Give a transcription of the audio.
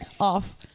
Off